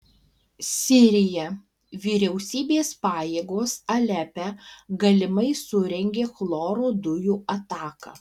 sirija vyriausybės pajėgos alepe galimai surengė chloro dujų ataką